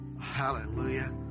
Hallelujah